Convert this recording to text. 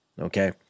okay